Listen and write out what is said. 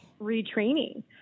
retraining